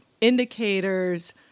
indicators